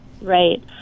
Right